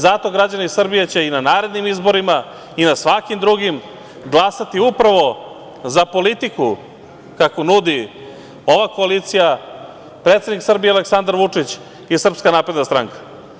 Zato će građani Srbije i na narednim izborima i na svakim drugim glasati upravo za politiku kakvu nudi ova koalicija, predsednik Srbije Aleksandar Vučić i SNS.